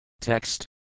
Text